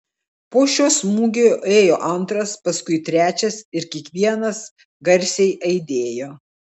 po šio smūgio ėjo antras paskui trečias ir kiekvienas garsiai aidėjo